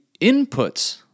inputs